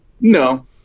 No